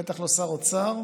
בטח לא שר אוצר,